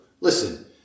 listen